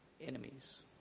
enemies